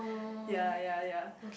ya ya ya